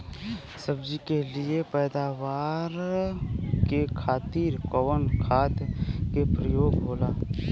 सब्जी के लिए पैदावार के खातिर कवन खाद के प्रयोग होला?